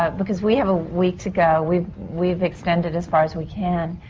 ah because we have a week to go. we've. we've extended as far as we can.